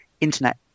internet